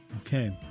Okay